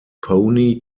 pony